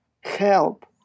help